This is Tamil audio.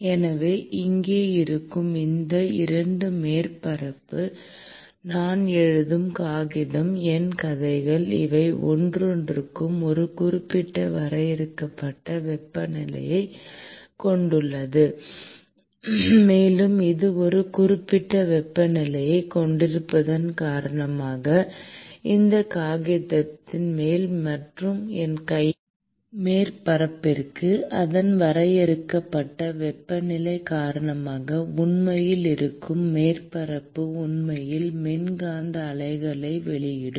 எனவே இங்கே இருக்கும் எந்த 2 மேற்பரப்பு நான் எழுதும் காகிதம் என் கைகள் இவை ஒவ்வொன்றும் ஒரு குறிப்பிட்ட வரையறுக்கப்பட்ட வெப்பநிலையைக் கொண்டுள்ளன மேலும் இது ஒரு குறிப்பிட்ட வெப்பநிலையைக் கொண்டிருப்பதன் காரணமாக இந்த காகிதத்தின் மேல் மற்றும் என் கையின் மேற்பரப்பிற்கு அதன் வரையறுக்கப்பட்ட வெப்பநிலை காரணமாக உண்மையில் இருக்கும் மேற்பரப்பு உண்மையில் மின்காந்த அலைகளை வெளியிடும்